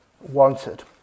wanted